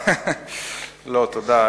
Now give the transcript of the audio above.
תודה,